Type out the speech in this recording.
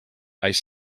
ice